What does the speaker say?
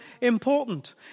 important